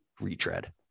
retread